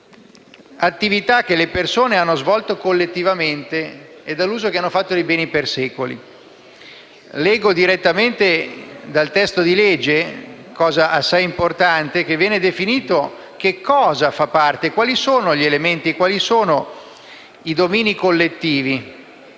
dalle attività che le persone hanno svolto collettivamente e dall'uso che hanno fatto dei beni per secoli. Leggo direttamente dal testo di legge - fatto assai importante - che vengono definiti quali sono gli elementi e quali i domini collettivi,